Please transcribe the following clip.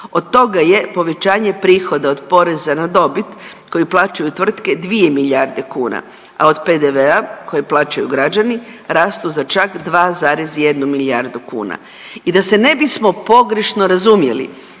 Od toga je povećanje prihoda od poreza na dobit koju plaćaju tvrtke 2 milijarde kuna, a od PDV-a koji plaćaju građani, rastu za čak 2,1 milijardu kuna i da se ne bismo pogrešno razumjeli,